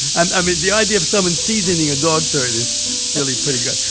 and, i mean, the idea of someone seasoning a dog turd is really pretty good.